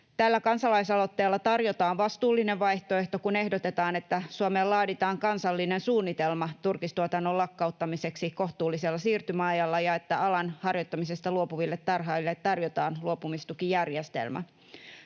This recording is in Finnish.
Tällä kansalaisaloitteella tarjotaan vastuullinen vaihtoehto, kun ehdotetaan, että Suomeen laaditaan kansallinen suunnitelma turkistuotannon lakkauttamiseksi kohtuullisella siirtymäajalla ja että alan harjoittamisesta luopuville tarhaajille tarjotaan luopumistukijärjestelmä.